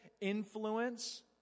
influence